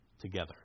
Together